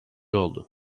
oldu